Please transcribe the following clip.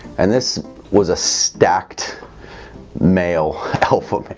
and this was a stacked male.